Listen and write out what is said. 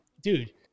dude